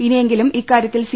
ഇനിയെങ്കിലും ഇക്കാര്യത്തിൽ സി